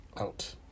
out